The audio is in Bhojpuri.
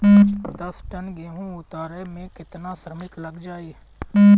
दस टन गेहूं उतारे में केतना श्रमिक लग जाई?